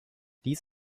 dies